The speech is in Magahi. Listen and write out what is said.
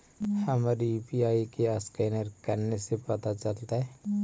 हमर यु.पी.आई के असकैनर कने से पता चलतै?